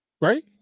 right